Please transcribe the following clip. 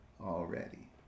already